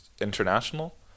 international